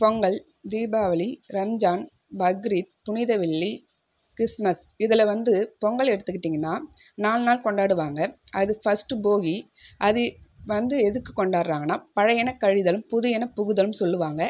பொங்கல் தீபாவளி ரம்ஜான் பக்ரீத் புனிதவெள்ளி கிறிஸ்மஸ் இதில் வந்து பொங்கல் எடுத்துக்கிட்டிங்கன்னா நாலு நாள் கொண்டாடுவாங்க அது ஃபர்ஸ்ட்டு போகி அது வந்து எதுக்கு கொண்டாடுறாங்கன்னால் பழையன கழிதலும் புதியன புகுதலும் சொல்லுவாங்க